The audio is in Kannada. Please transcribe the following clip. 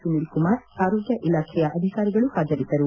ಸುನೀಲ್ ಕುಮಾರ್ ಆರೋಗ್ಯ ಇಲಾಖೆಯ ಅಧಿಕಾರಿಗಳು ಪಾಜರಿದ್ದರು